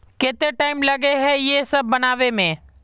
केते टाइम लगे है ये सब बनावे में?